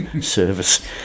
service